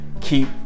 keep